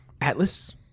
Atlas